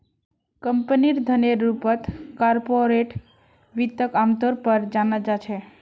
कम्पनीर धनेर रूपत कार्पोरेट वित्तक आमतौर पर जाना जा छे